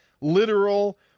literal